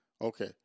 Okay